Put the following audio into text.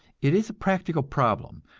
it is a practical problem,